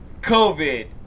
COVID